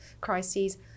crises